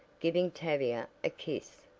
giving tavia a kiss.